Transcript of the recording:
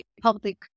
public